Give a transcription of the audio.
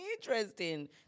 interesting